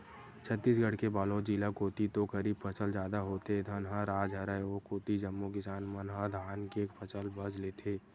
छत्तीसगढ़ के बलोद जिला कोती तो खरीफ फसल जादा होथे, धनहा राज हरय ओ कोती जम्मो किसान मन ह धाने के फसल बस लेथे